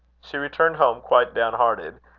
she returned home quite down-hearted,